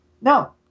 No